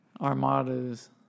Armada's